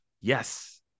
Yes